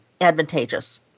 advantageous